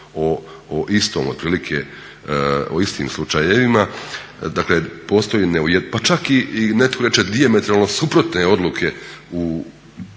presude dakle o istim slučajevima, dakle postoji pa čak i netko reče dijametralno suprotne odluke u